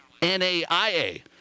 NAIA